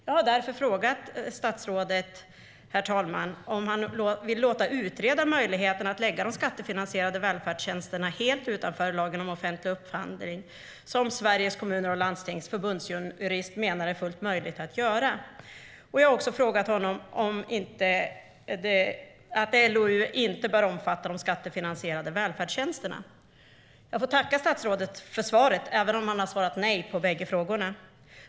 Jag har därför frågat statsrådet om han vill låta utreda möjligheterna att lägga de skattefinansierade välfärdstjänsterna helt utanför lagen om offentlig upphandling såsom förbundsjuristen på Sveriges Kommuner och Landsting menar är fullt möjligt att göra. Jag har också frågat honom om ifall han anser att LOU inte bör omfatta de skattefinansierade välfärdstjänsterna. Jag får tacka statsrådet för svaret, även om han har svarat nej på bägge frågorna.